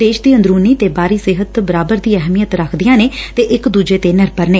ਦੇਸ਼ ਦੀ ਅੰਦਰੁਨੀ ਤੇ ਬਾਹਰੀ ਸਿਹਤ ਬਰਾਬਰ ਦੀ ਅਹਿਮੀਅਤ ਰੱਖਦੀਆਂ ਨੇ ਤੇ ਇਕ ਦੂਜੇ ਤੇ ਨਿਰਭਰ ਨੇ